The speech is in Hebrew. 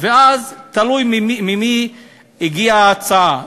תלוי ממי הגיעה ההצעה,